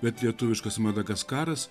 bet lietuviškas madagaskaras